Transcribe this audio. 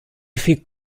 fait